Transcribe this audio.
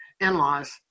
in-laws